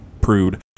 prude